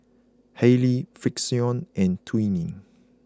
Haylee Frixion and Twinings